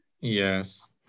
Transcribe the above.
Yes